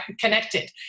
connected